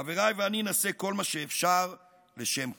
חבריי ואני נעשה כל מה שאפשר לשם כך.